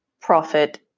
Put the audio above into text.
profit